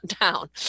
down